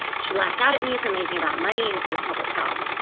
she lashed out at me for making about money instead of public health.